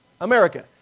America